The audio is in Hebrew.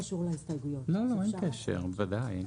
נצביע פעמיים על